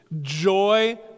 joy